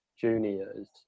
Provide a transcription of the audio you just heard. Juniors